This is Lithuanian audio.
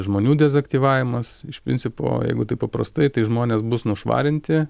žmonių dezaktyvavimas iš principo jeigu taip paprastai tai žmonės bus nušvarinti